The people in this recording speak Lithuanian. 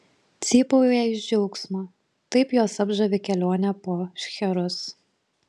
cypauja iš džiaugsmo taip juos apžavi kelionė po šcherus